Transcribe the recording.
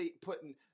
putting